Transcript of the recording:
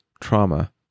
trauma